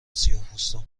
سیاهپوستان